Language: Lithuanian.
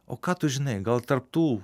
o ką tu žinai gal tarp tų